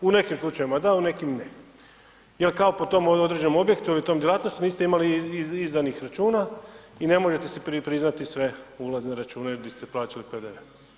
U nekim slučajevima da, u nekim ne jer kao po tome određenom objektu ili toj djelatnosti niste imali izdanih računa i ne možete si priznati sve ulazne račune di ste plaćali PDV.